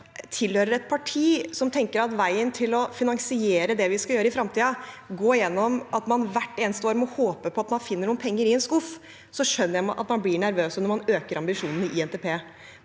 tilhører et parti som tenker at veien til å finansiere det vi skal gjøre i fremtiden, går igjennom at man hvert eneste år må håpe på at man finner noen penger i en skuff, skjønner jeg at man blir nervøs når man øker ambisjonene i NTP.